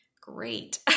Great